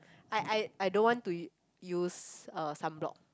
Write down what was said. I I I don't want to use uh sunblock